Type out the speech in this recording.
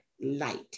light